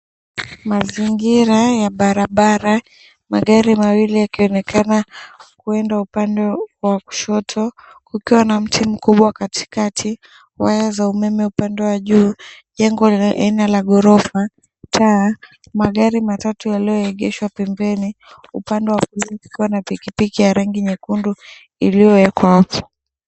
Mazingira ya barabara, magari mawili yakionekana kuenda upande wa kushoto kukiwa na mti mkubwa katikati. Waya za umeme upande wa juu. Jengo ni la aina la ghorofa, taa, magari matatu yaliyoegeshwa pembeni, upande wa kulia kukiwa na pikipiki ya rangi nyekundu iliyowekwa apo.